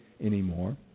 anymore